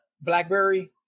Blackberry